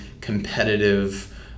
competitive